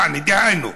יעני, דהיינו,